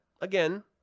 again